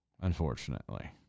Unfortunately